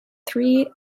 three